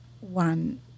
one